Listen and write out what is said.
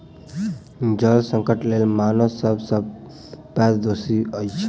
जल संकटक लेल मानव सब सॅ पैघ दोषी अछि